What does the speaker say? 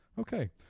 Okay